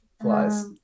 flies